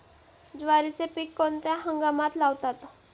ज्वारीचे पीक कोणत्या हंगामात लावतात?